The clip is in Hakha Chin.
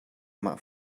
mah